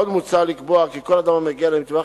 עוד מוצע לקבוע כי כל אדם המגיע למטווח